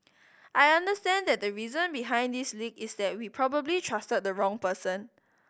I understand that the reason behind this leak is that we probably trusted the wrong person